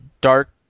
Dark